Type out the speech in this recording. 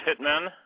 Hitmen